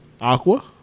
Aqua